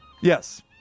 Yes